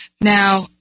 Now